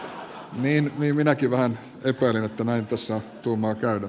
no niin minäkin vähän epäilin että näin tässä tuumaa käydä